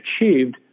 achieved